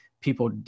people